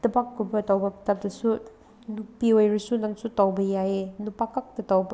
ꯊꯕꯛꯀꯨꯝꯕ ꯇꯧꯕ ꯃꯇꯝꯗꯁꯨ ꯅꯨꯄꯤ ꯑꯣꯏꯔꯁꯨ ꯅꯪꯁꯨ ꯇꯧꯕ ꯌꯥꯏꯌꯦ ꯅꯨꯄꯥꯈꯛꯇ ꯇꯧꯕ